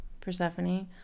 Persephone